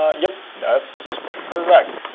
ah yep, that's correct.